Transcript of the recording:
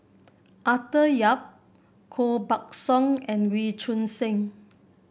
Arthur Yap Koh Buck Song and Wee Choon Seng